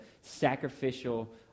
sacrificial